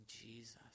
Jesus